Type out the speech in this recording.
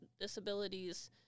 disabilities